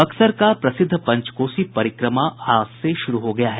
बक्सर का प्रसिद्ध पंचकोसी परिक्रमा आज से शुरू हो गया है